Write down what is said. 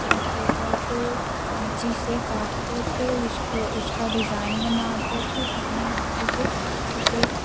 चाट paper को कैंची से काटते थे उसको उसका डिज़ाइन बनाते थे अपने हाथों से उसे